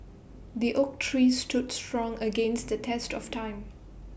the oak tree stood strong against the test of time